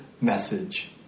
message